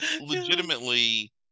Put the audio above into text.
legitimately